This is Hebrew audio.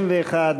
21,